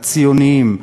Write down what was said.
הציוניים,